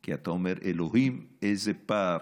כי אתה אומר: אלוהים, איזה פער